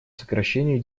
сокращению